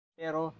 pero